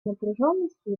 напряженности